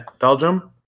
Belgium